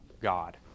God